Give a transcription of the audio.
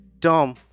Tom